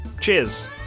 Cheers